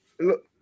Look